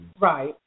Right